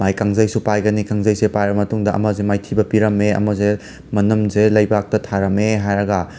ꯃꯥꯒꯤ ꯀꯥꯡꯖꯩꯁꯨ ꯄꯥꯏꯒꯅꯤ ꯀꯥꯡꯖꯩꯁꯦ ꯄꯥꯏꯔꯕ ꯃꯇꯨꯡꯗ ꯑꯃꯁꯦ ꯃꯥꯏꯊꯤꯕ ꯄꯤꯔꯝꯃꯦ ꯑꯃꯁꯦ ꯃꯅꯝꯁꯦ ꯂꯩꯕꯥꯛꯇ ꯊꯥꯔꯝꯃꯦ ꯍꯥꯏꯔꯒ